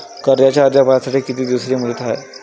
कर्जाचा अर्ज भरासाठी किती दिसाची मुदत हाय?